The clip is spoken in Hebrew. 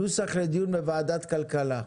נוסח לדיון בוועדה כלכלה",